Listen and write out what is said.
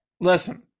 Listen